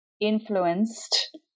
influenced